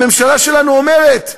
הממשלה שלנו אומרת: